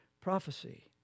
prophecy